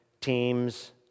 teams